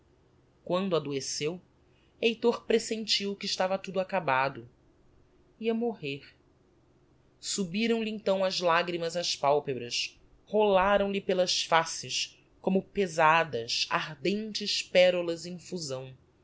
quando adoeceu heitor presentiu que estava tudo acabado ia morrer subiram lhe então as lagrymas ás palpebras rolaram pelas faces como pesadas ardentes perolas em fusão